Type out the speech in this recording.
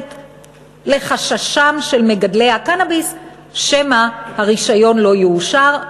לחששם של מגדלי הקנאביס שמא הרישיון לא יאושר.